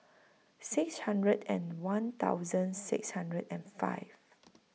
six hundred and one thousand six hundred and five